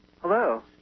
Hello